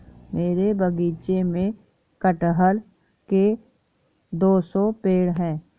मेरे बगीचे में कठहल के दो सौ पेड़ है